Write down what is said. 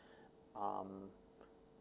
um